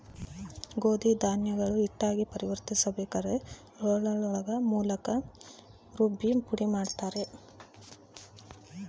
ಗೋಧಿ ಧಾನ್ಯಗಳು ಹಿಟ್ಟಾಗಿ ಪರಿವರ್ತಿಸಲುಬ್ರೇಕ್ ರೋಲ್ಗಳ ಮೂಲಕ ರುಬ್ಬಿ ಪುಡಿಮಾಡುತ್ತಾರೆ